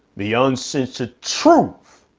the uncensored truth